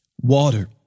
Water